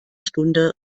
stunde